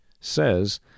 says